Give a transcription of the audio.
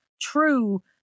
true